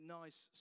nice